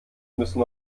müssen